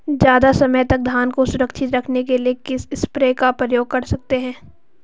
ज़्यादा समय तक धान को सुरक्षित रखने के लिए किस स्प्रे का प्रयोग कर सकते हैं?